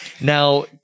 Now